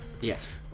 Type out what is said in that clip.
Yes